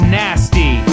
nasty